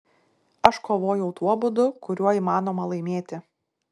aš kovojau tuo būdu kuriuo įmanoma laimėti